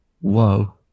Whoa